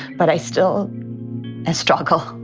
but i still ah struggle